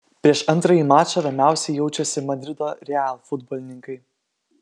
prieš antrąjį mačą ramiausiai jaučiasi madrido real futbolininkai